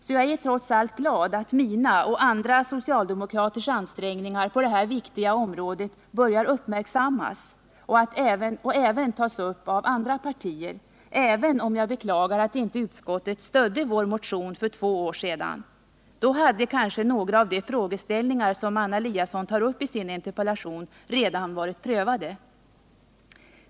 Så jag är trots allt glad att mina och andra socialdemokraters ansträngningar på det här viktiga området börjar uppmärksammas och även tas upp av andra partier, även om jag beklagar att inte utskottet stödde vår motion för två år sedan. Då hade kanske några av de frågeställningar som Anna Eliasson tar upp i interpellationen redan varit prövade.